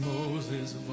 Moses